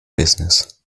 business